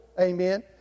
Amen